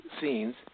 scenes